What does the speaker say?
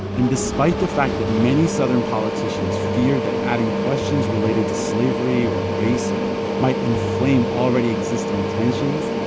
and despite the fact that many southern politicians feared that adding questions related to slavery or race might inflame already existing tensions,